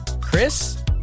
Chris